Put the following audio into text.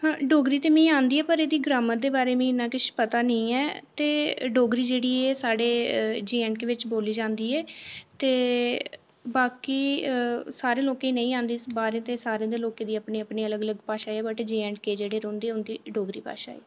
हां डोगरी ते मिगी औंदी ऐ पर एह्दी ग्रॉमर दे बारे च मिगी किश पता निं ऐ ते डोगरी जेह्ड़ी ऐ एह् साढ़े जे ऐंड के बिच बोली जंदी ऐ ते बाकी सारें लोकें गी नेईं औंदी ते सारें दी अपनी अपनी भाशा बट जेह्ड़े जे ऐंड के च रौंह्दे उं'दी अपनी भाशा ऐ